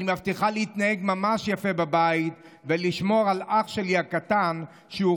אני מבטיחה להתנהג ממש יפה בבית ולשמור על האח הקטן שלי,